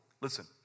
Listen